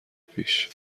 پیش